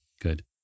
Good